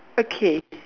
okay